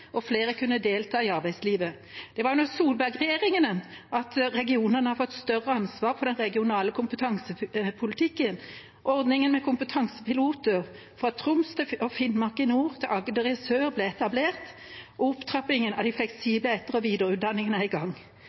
og flere skal kunne delta i arbeidslivet. Det var under Solberg-regjeringa at regionene har fått større ansvar for den regionale kompetansepolitikken, at ordningen med kompetansepiloter fra Troms og Finnmark i nord til Agder i sør ble etablert, og at opptrappingen av de fleksible etter- og videreutdanningene kom i gang.